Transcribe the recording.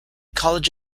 college